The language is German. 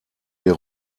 der